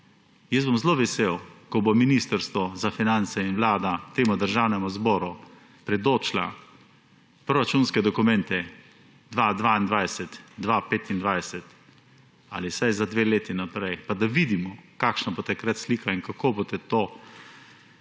Jaz bom zelo vesel, ko bosta Ministrstvo za finance in Vlada temu Državnemu zboru predočila proračunske dokumente 2022–2025 ali vsaj za dve leti naprej, pa da vidimo, kakšna bo takrat slika in kako boste to